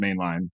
mainline